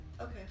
Okay